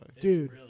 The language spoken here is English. dude